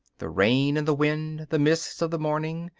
the rain and the wind, the mists of the morning,